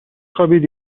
خوابید